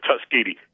Tuskegee